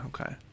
okay